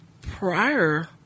prior